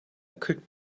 kırk